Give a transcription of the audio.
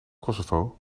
kosovo